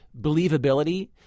believability